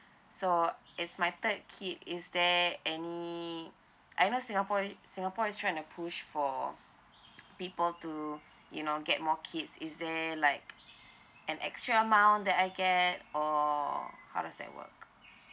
so it's my third kid is there any I know singapore is singapore is trying to push for people to you know get more kids is there like an extra amount that I get or how does that work